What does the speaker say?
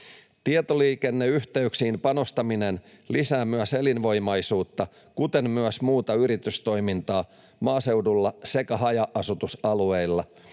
Tietoliikenneyhteyksiin panostaminen lisää myös elinvoimaisuutta, kuten myös muuta yritystoimintaa maaseudulla sekä haja-asutusalueilla.